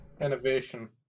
innovation